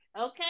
Okay